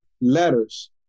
letters